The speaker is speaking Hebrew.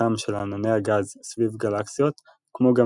תנועתם של ענני הגז סביב גלקסיות כמו גם